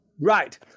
Right